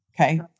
Okay